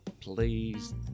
please